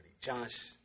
Josh